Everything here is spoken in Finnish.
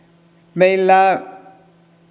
meillä